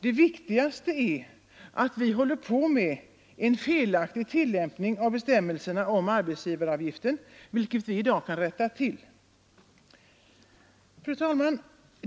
Det viktigaste är, att det förekommer en felaktig tillämpning av bestämmelserna om arbetsgivaravgiften, vilket vi i dag kan rätta till. Fru talman!